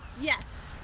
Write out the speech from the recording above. yes